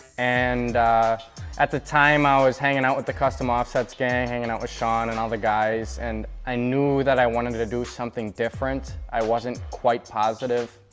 and at the time, i was hanging out with the custom offsets gang, hanging out with shawn and all the guys and i knew that i wanted to do something different. i wasn't quite positive.